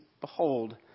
behold